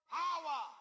power